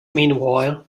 meanwhile